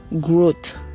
growth